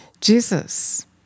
Jesus